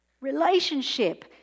Relationship